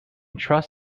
trust